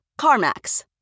CarMax